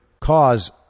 cause